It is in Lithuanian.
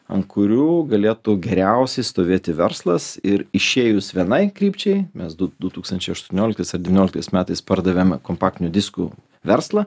ant kurių galėtų geriausiai stovėti verslas ir išėjus vienai krypčiai mes du du tūksnatčiai aštuonioliktais ar devynioliktais metais pardavėm kompaktinių diskų verslą